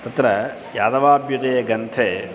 तत्र यादवाभ्युदये ग्रन्थे